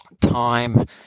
time